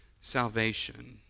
salvation